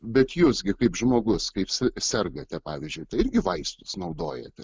bet jūs gi kaip žmogus kaip sergate pavyzdžiui irgi vaistus naudojate